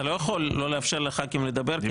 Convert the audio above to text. אתה לא יכול לא לאפשר לח"כים לדבר.